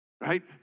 right